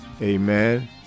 amen